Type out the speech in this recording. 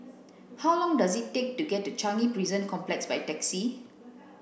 how long does it take to get to Changi Prison Complex by taxi